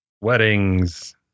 weddings